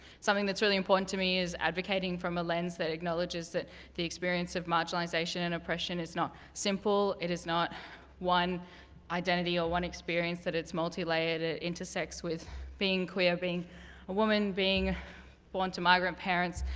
something that's really important to me is advocating from a lens that acknowledges that the experience of marginalization and oppression is not simple. it is not one identity or one experience, that it's multi-layered, ah intersex, with being queer, being a woman, being born to migrant parents,